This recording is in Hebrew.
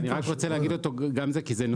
אני רק רציתי להגיד את זה כי אנחנו